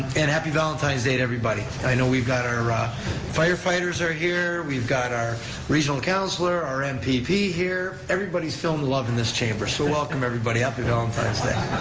and happy valentine's day to everybody. i know we've got our ah fire fighters right here, we've got our regional councilor, our m p p. here, everybody's feeling the love in this chamber, so, welcome everybody, happy valentine's day.